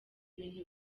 ibintu